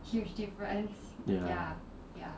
ya